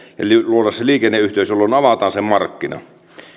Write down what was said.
se liikenneyhteys jolloin avataan se markkina